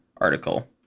article